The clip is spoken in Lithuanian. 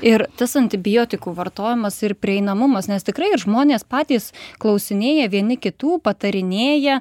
ir tas antibiotikų vartojimas ir prieinamumas nes tikrai ir žmonės patys klausinėja vieni kitų patarinėja